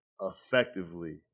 effectively